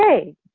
okay